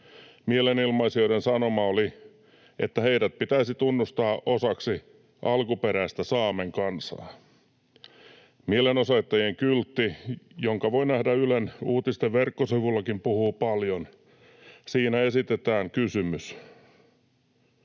mielenilmaisu, jossa sanoma oli, että heidät pitäisi tunnustaa osaksi alkuperäistä Saamen kansaa. Mielenosoittajien kyltti, jonka voi nähdä Ylen uutisten verkkosivullakin, puhuu paljon. Siinä esitetään kysymys: